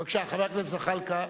בבקשה, חבר הכנסת זחאלקה.